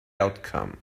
outcome